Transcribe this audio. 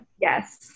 yes